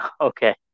Okay